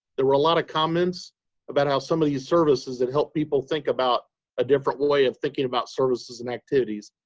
there were a lot of comments about how some of services that helped people think about a different way of thinking about services and activities.